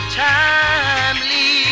timely